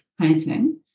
painting